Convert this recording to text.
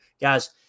guys